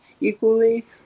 equally